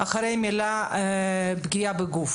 אחרי המילה פגיעה בגוף